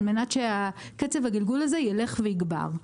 כדי שקצב הגלגול הזה ילך ויגבר.